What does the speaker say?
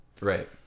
Right